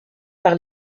par